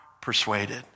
persuaded